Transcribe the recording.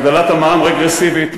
הגדלת המע"מ רגרסיבית,